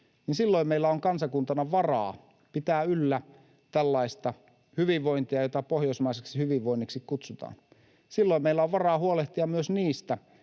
niin silloin meillä on kansakuntana varaa pitää yllä tällaista hyvinvointia, jota pohjoismaiseksi hyvinvoinniksi kutsutaan. Silloin meillä on varaa huolehtia myös niistä,